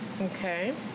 Okay